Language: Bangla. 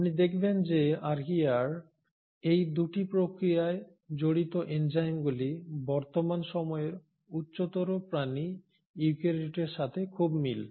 আপনি দেখবেন যে আর্কিয়ার এই 2টি প্রক্রিয়ায় জড়িত এনজাইমগুলি বর্তমান সময়ের উচ্চতর প্রাণী ইউক্যারিওটের সাথে খুব মিল